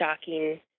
shocking